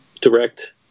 direct